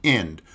end